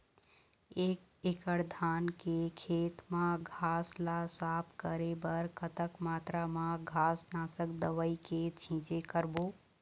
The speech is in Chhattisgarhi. एक एकड़ धान के खेत मा घास ला साफ करे बर कतक मात्रा मा घास नासक दवई के छींचे करबो?